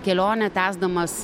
kelionę tęsdamas